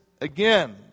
again